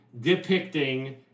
depicting